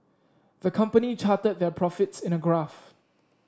the company charted their profits in a graph